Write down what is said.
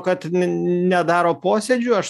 kad nedaro posėdžių aš